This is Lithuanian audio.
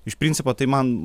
iš principo tai man